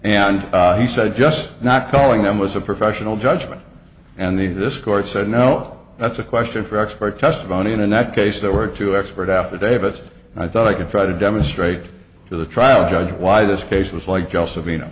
and he said just not calling them was a professional judgment and the this court said no that's a question for expert testimony and in that case there were two expert affidavit and i thought i could try to demonstrate to the trial judge why this case was like joseph